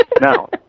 Now